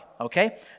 okay